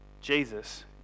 Jesus